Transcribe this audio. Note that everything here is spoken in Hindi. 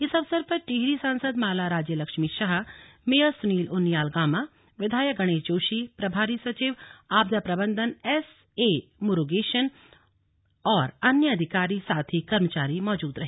इस अवसर पर टिहरी सांसद माला राज्यलक्ष्मी शाह मेयर सुनील उनियाल गामा विधायक गणेश जोशी प्रभारी सचिव आपदा प्रबंधन एसए मुरूगेशन अन्य अधिकारी और कर्मचारी मौजूद रहे